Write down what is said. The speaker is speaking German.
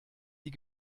die